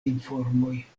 informoj